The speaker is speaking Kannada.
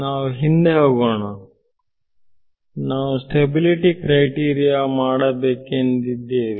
ನಾವು ಹಿಂದೆ ಹೋಗೋಣ ನಾವು ಸ್ಟೆಬಿಲಿಟಿ ಕ್ರೈಟೀರಿಯ ಮಾಡಬೇಕೆಂದಿದ್ದೇವೆ